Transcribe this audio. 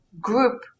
group